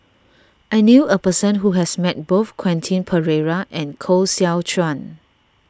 I knew a person who has met both Quentin Pereira and Koh Seow Chuan